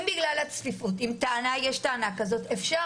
אם בגלל הצפיפות יש טענה כזאת אפשר